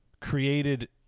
created